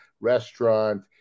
restaurant